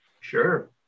Sure